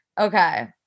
Okay